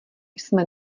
jsme